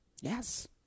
yes